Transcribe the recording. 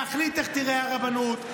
להחליט איך תיראה הרבנות,